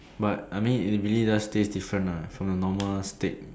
but I mean it really just tastes different lah from the normal steak